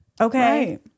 Okay